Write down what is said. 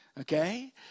okay